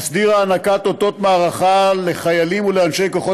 מסדיר הענקת אותות מערכה לחיילים ולאנשי כוחות